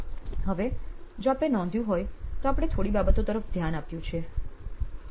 હવે જો આપે નોંધ્યું હોય તો આપણે થોડી બાબતો તરફ ધ્યાન આપ્યું છે